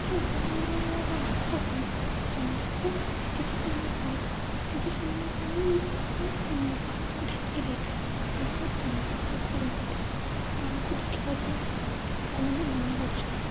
ଚନ୍ଦ୍ରଗ୍ରହଣର ଅର୍ଥ କ'ଣ ଚନ୍ଦ୍ରକୁ କିଛି ସମୟ ପାଇଁ କିଛି ସମୟ ପାଇଁ ମେଘ ଢାଙ୍କି ଦେଇଥାଏ ଯାହାଦ୍ୱାରା ଚନ୍ଦ୍ର ଦେଖାାଯାଇନଥାଏ ତାହାକୁ ଦେଖିବା ପାଇଁ ଲୋକମାନେ ମନା କରିଛନ୍ତି